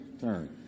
turn